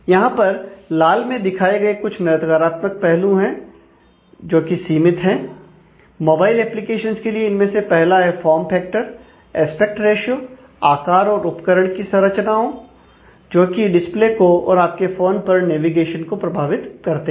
यहां पर लाल में दिखाए गए कुछ नकारात्मक पहलू है क जोकि सीमित हैं मोबाइल एप्लीकेशन के लिए इनमें से पहला है फॉर्म फैक्टर को प्रभावित करते हैं